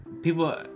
People